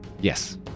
Yes